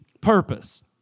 purpose